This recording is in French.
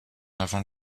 avant